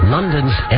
London's